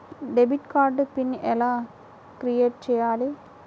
Debit card PIN ఎలా create చెయ్యాలి?